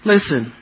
Listen